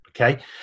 okay